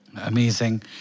amazing